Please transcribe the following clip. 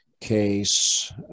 case